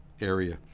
area